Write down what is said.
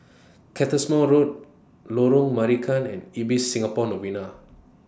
Cottesmore Road Lorong Marican and Ibis Singapore Novena